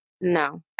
no